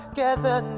gather